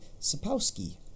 Sapowski